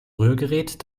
rührgerät